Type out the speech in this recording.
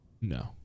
No